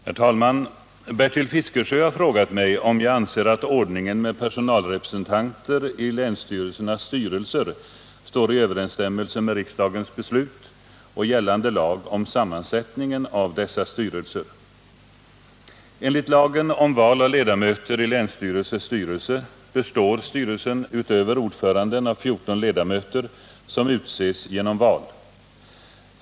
Herr talman! Bertil Fiskesjö har frågat mig om jag anser att ordningen med personalrepresentanter i länsstyrelsernas styrelser står i överensstämmelse med riksdagens beslut och gällande lag om sammansättningen av dessa styrelser. Enligt lagen om val av ledamöter i länstyrelses styrelse består styrelsen, utöver ordföranden, av 14 ledamöter som utses genom val.